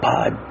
Pod